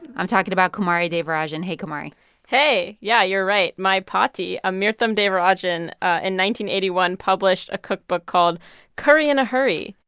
i'm talking about kumari devarajan hey, kumari hey. yeah, you're right. my paati amirtham devarajan and eighty one, published a cookbook called curry in a hurry,